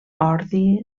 ordi